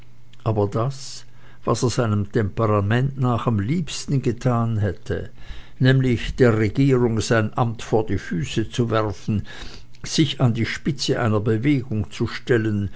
aber das was er seinem temperament nach am liebsten getan hätte nämlich der regierung sein amt vor die füße zu werfen sich an die spitze einer bewegung zu stellen